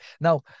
Now